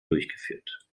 durchgeführt